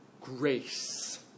grace